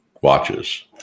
watches